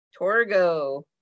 Torgo